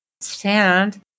stand